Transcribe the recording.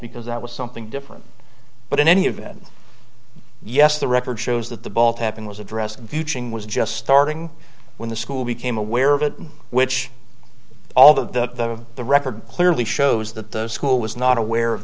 because that was something different but in any event yes the record shows that the ball happened was addressed view ching was just starting when the school became aware of it which all the the record clearly shows that the school was not aware of